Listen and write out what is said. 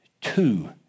two